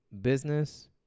business